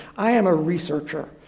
i am a researcher.